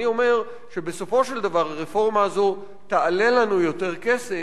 אני אומר שבסופו של דבר הרפורמה הזו תעלה לנו יותר כסף,